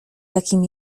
takim